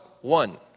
one